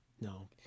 No